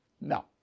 No